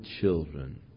children